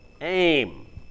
aim